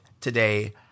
today